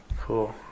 Cool